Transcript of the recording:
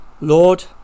Lord